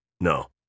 no